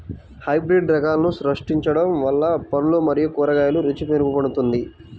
hybrid రకాలను సృష్టించడం వల్ల పండ్లు మరియు కూరగాయల రుచి మెరుగుపడుతుంది